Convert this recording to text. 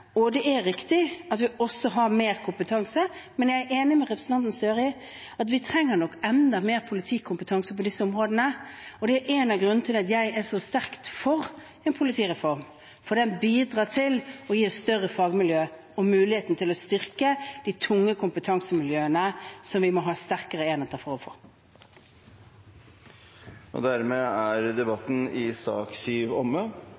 Det er riktig at vi også har mer kompetanse, men jeg er enig med representanten Gahr Støre i at vi trenger enda mer politikompetanse på disse områdene, og det er en av grunnene til at jeg er så sterkt for en politireform, for den bidrar til å gi et større fagmiljø og mulighet til å styrke de tunge kompetansemiljøene som vi må ha sterkere enheter for å få. Debatten i sak nr. 7 er omme.